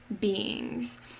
beings